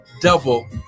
double